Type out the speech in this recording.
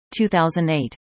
2008